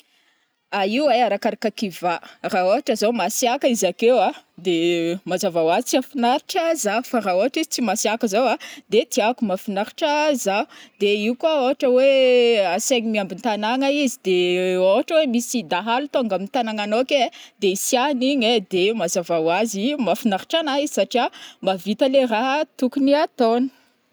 Ah io ai arakaraka kivà ra ôhatra zao masiaka izy akeo a de mazava oazy tsy hafinaritra za fa ra ôhatra izy tsy masiaka zao a de tiako mafinaritra za de io koa ôhatra oe asaigny miamby tagnana izy de ôhatra oe misy dahalo tonga amin tagnananao ake ai de hisiahany iny ai de mazava oazy mafinaritra ana izy satriaa mahavita ilay ra tokony ataony.